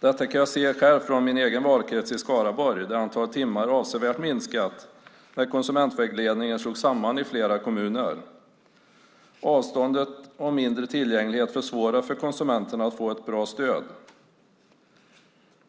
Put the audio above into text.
Detta kan jag själv se från min egen valkrets i Skaraborg där antalet timmar avsevärt minskat när konsumentvägledningen slogs samman i flera kommuner. Avståndet och mindre tillgänglighet försvårar för konsumenterna att få ett bra stöd.